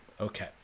Okay